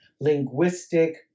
linguistic